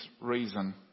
reason